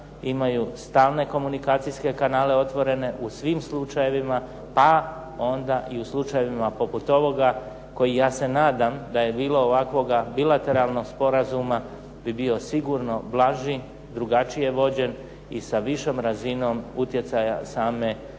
imaju stalno komunikacijske kanale otvorene u svim slučajevima, pa i u slučajevima poput ovoga koji ja se nadam da je bilo ovakvoga bilateralnoga sporazuma, bi bio sigurno blaži, drugačije vođen i sa višom razinom utjecaja same